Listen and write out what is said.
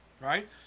Right